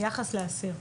ביחס לאסיר.